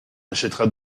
achèteras